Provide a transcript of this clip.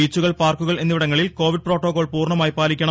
ബീച്ചുകൾ പാർക്കുകൾ എന്നിവിടങ്ങളിൽ കോവിഡ് പ്രോട്ടോകോൾ പൂർണമായി പാലിക്കണം